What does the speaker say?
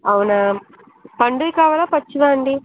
అవునా పండువి కావాలా పచ్చివా అండి